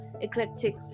eclectic